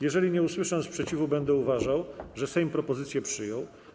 Jeżeli nie usłyszę sprzeciwu, będę uważał, że Sejm propozycję przyjął.